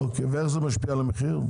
ואיך זה משפיע על המחיר?